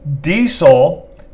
Diesel